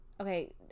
okay